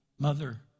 Mother